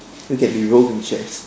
we can be roving chefs